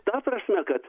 ta prasme kad